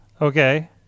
Okay